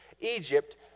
Egypt